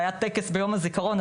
והיה טקס ביום הזכרון.